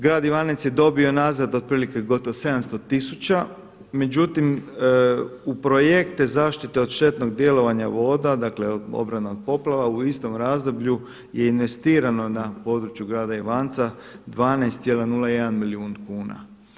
Grad Ivanec je dobio nazad otprilike gotovo 700 tisuća međutim u projekte zaštite od štetnog djelovanja voda, dakle obrana od poplava u istom razdoblju je investirano na području Grada Ivanca 12,01 milijun kuna.